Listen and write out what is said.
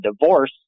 divorce